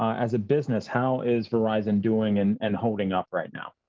as a business, how is verizon doing and and holding up right now?